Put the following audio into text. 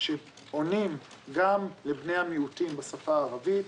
שעונים גם לבני המיעוטים בשפה הערבית,